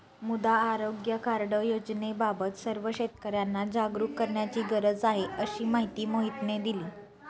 मृदा आरोग्य कार्ड योजनेबाबत सर्व शेतकर्यांना जागरूक करण्याची गरज आहे, अशी माहिती मोहितने दिली